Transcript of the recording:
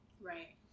Right